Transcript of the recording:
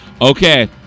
Okay